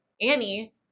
Annie